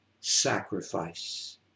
sacrifice